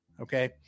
Okay